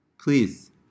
please